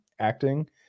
Acting